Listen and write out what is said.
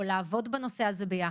או לעבוד בנושא הזה ביחד,